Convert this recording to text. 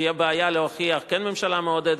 תהיה להן בעיה להוכיח: כן הממשלה מעודדת,